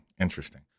Interesting